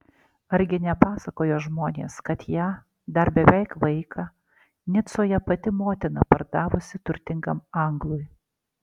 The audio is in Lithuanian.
argi nepasakojo žmonės kad ją dar beveik vaiką nicoje pati motina pardavusi turtingam anglui